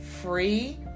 free